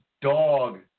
dog